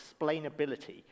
explainability